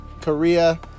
Korea